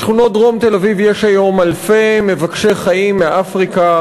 בשכונות דרום תל-אביב יש היום אלפי מבקשי חיים מאפריקה,